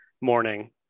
morning